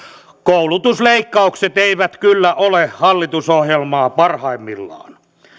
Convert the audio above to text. koulutusleikkaukset eivät kyllä ole hallitusohjelmaa parhaimmillaan